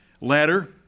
ladder